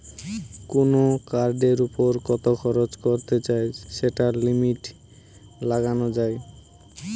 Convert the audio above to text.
কুনো কার্ডের উপর কত খরচ করতে চাই সেটার লিমিট লাগানা যায়